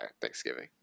Thanksgiving